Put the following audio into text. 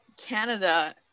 Canada